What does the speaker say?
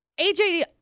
AJ